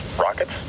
rockets